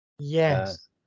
Yes